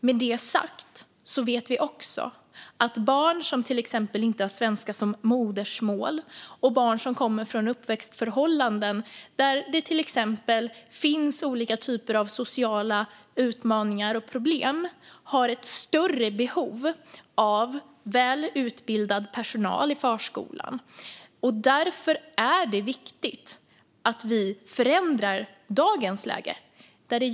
Med det sagt vet vi också att barn som till exempel inte har svenska som modersmål och barn som kommer från uppväxtförhållanden där det finns olika sociala utmaningar och problem har ett större behov av väl utbildad personal i förskolan. Därför är det viktigt att vi förändrar dagens läge.